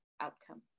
outcome